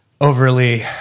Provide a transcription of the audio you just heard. overly